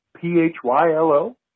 P-H-Y-L-O